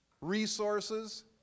resources